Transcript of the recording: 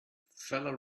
feller